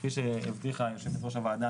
כפי שהבטיחה יושבת-ראש הוועדה,